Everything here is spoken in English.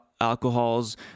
alcohols